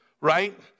right